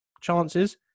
chances